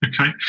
Okay